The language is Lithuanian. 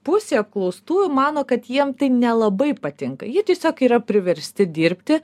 pusė apklaustųjų mano kad jiem tai nelabai patinka jie tiesiog yra priversti dirbti